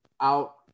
out